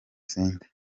center